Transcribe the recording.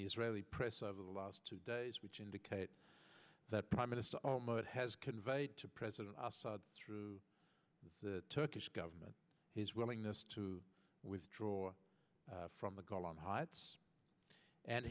the israeli press over the last two days which indicate that prime minister olmert has conveyed to president assad through the turkish government his willingness to withdraw from the golan heights and